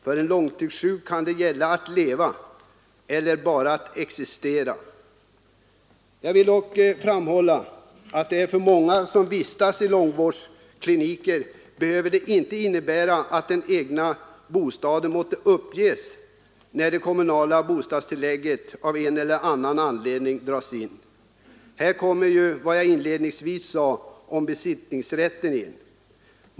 För en långtidssjuk kan det gälla frågan om att leva eller att bara existera. Jag vill dock framhålla att för många som vistas på långvårdsklinik behöver det inte innebära att den egna bostaden måste uppges när det kommunala bostadstillägget av en eller annan anledning dras in. Här kommer ju vad jag inledningsvis sade om besittningsrätten in.